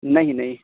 نہیں نہیں